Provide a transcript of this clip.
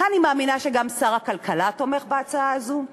אני מאמינה שגם שר הכלכלה תומך בהצעה הזאת.